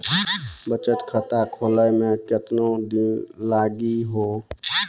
बचत खाता खोले मे केतना दिन लागि हो?